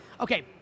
Okay